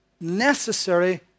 necessary